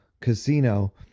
casino